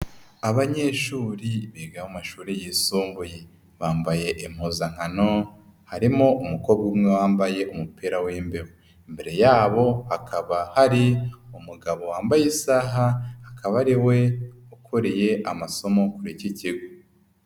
Abanyeshuri biga amashuri yisumbuye. Bambaye impuzankano harimo umukobwa umwe wambaye umupira w'imbeho. Imbere yabo hakaba hari umugabo wambaye isaha, akaba ari we ukuriye amasomo kuri iki kigo.